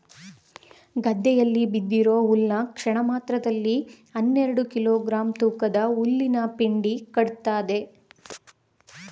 ಗದ್ದೆಯಲ್ಲಿ ಬಿದ್ದಿರೋ ಹುಲ್ನ ಕ್ಷಣಮಾತ್ರದಲ್ಲಿ ಹನ್ನೆರೆಡು ಕಿಲೋ ಗ್ರಾಂ ತೂಕದ ಹುಲ್ಲಿನಪೆಂಡಿ ಕಟ್ತದೆ